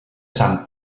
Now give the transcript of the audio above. sant